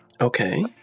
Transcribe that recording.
okay